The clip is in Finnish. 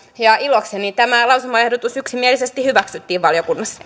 ja ilokseni tämä lausumaehdotus yksimielisesti hyväksyttiin valiokunnassa